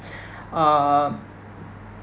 um